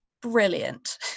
brilliant